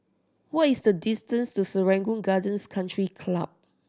what is the distance to Serangoon Gardens Country Club